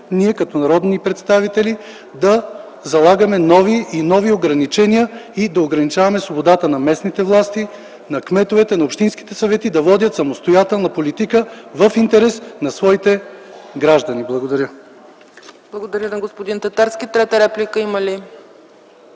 ние като народни представители да залагаме нови и нови ограничения и да ограничаваме свободата на местните власти, на кметовете, на общинските съвети да водят самостоятелна политика в интерес на своите граждани. Благодаря.